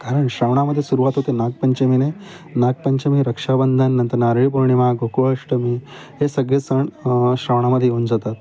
कारण श्रावणामधे सुरुवात होते नागपंचमीने नागपंचमी रक्षाबंधन नंतर नारळी पूर्णिमा गोकुष्टमी हे सगळे सण श्रवणामधे येऊन जातात